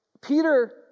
Peter